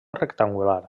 rectangular